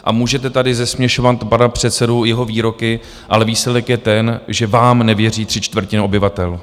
A můžete tady zesměšňovat pana předsedu, jeho výroky, ale výsledek je ten, že vám nevěří tři čtvrtiny obyvatel.